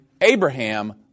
Abraham